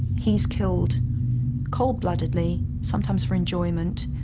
he's killed cold-bloodedly, sometimes for enjoyment,